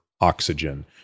oxygen